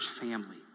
family